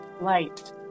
light